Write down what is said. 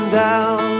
down